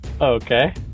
Okay